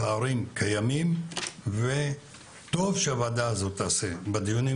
הפערים קיימים וטוב שהוועדה הזאת תשים את הדברים